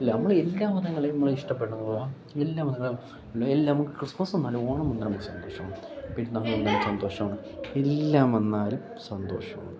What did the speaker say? ഇല്ല നമ്മൾ എല്ലാ മതങ്ങളെയും നമ്മൾ ഇഷ്ടപ്പെടണം എല്ലാ മതങ്ങളും എല്ലാം നമുക്ക് ക്രിസ്മസ് വന്നാലും ഓണം വന്നാലും സന്തോഷമാണ് വന്നാലും സന്തോഷമാണ് എല്ലാം വന്നാലും സന്തോഷമാണ്